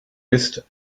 ist